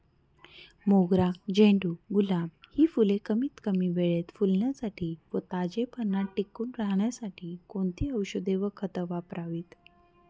मोगरा, झेंडू, गुलाब हि फूले कमीत कमी वेळेत फुलण्यासाठी व ताजेपणा टिकून राहण्यासाठी कोणती औषधे व खते वापरावीत?